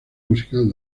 musical